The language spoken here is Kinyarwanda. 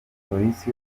polisi